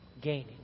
gaining